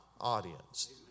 audience